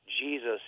Jesus